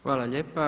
Hvala lijepa.